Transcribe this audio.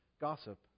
gossip